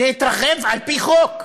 להתרחב, על-פי חוק,